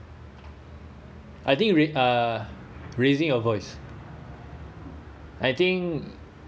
I think rai~ uh raising your voice I think